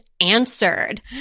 Answered